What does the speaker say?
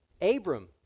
Abram